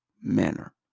manner